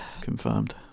Confirmed